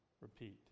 Repeat